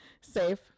safe